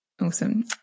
Awesome